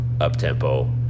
up-tempo